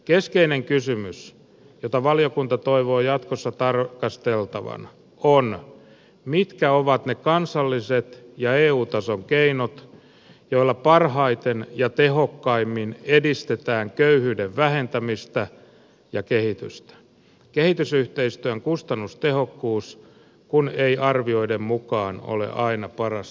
keskeinen kysymys jota valiokunta toivoo jatkossa tarkasteltavan on mitkä ovat ne kansalliset ja eu tason keinot joilla parhaiten ja tehokkaimmin edistetään köyhyyden vähentämistä ja kehitystä kehitysyhteistyön kustannustehokkuus kun ei arvioiden mukaan ole aina parasta mahdollista